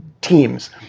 teams